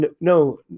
No